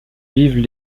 vivent